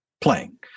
playing